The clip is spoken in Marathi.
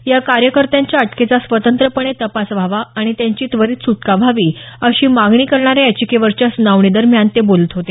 या कार्यकर्त्यांच्या अटकेचा स्वतंत्रपणे तपास व्हावा आणि त्यांची त्वरित सुटका व्हावी अशी मागणी करणाऱ्या याचिकेवरच्या सुनावणीदरम्यान ते बोलत होते